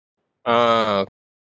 ah